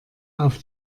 auf